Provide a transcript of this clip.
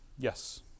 Yes